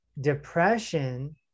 Depression